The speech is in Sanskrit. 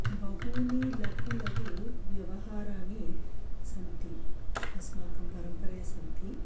बहूनि लघुलघुव्यवहाराणि सन्ति अस्माकं परम्परे सन्ति